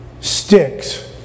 sticks